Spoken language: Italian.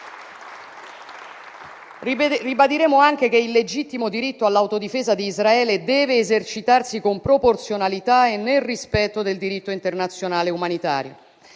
Ribadiremo anche che il legittimo diritto all'autodifesa di Israele deve esercitarsi con proporzionalità e nel rispetto del diritto internazionale umanitario.